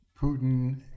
Putin